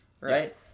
right